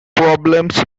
problems